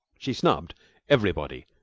she snubbed everybody,